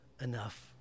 enough